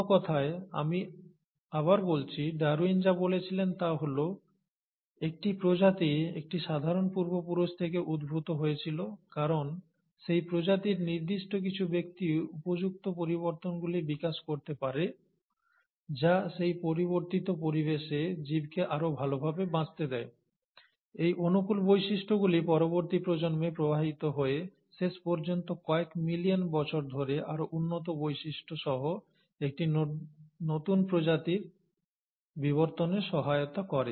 অন্য কথায় আমি আবার বলছি ডারউইন যা বলেছিলেন তা হল একটি প্রজাতি একটি সাধারণ পূর্বপুরুষ থেকে উদ্ভূত হয়েছিল কারণ সেই প্রজাতির নির্দিষ্ট কিছু ব্যক্তি উপযুক্ত পরিবর্তনগুলি বিকাশ করতে পারে যা সেই পরিবর্তিত পরিবেশে জীবকে আরও ভালভাবে বাঁচতে দেয় এই অনুকূল বৈশিষ্ট্যগুলি পরবর্তী প্রজন্মে প্রবাহিত হয়ে শেষ পর্যন্ত কয়েক মিলিয়ন বছর ধরে আরও উন্নত বৈশিষ্ট্য সহ একটি নতুন প্রজাতির বিবর্তনে সহায়তা করে